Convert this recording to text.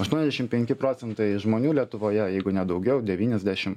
aštuoniasdešim penki procentai žmonių lietuvoje jeigu ne daugiau devyniasdešim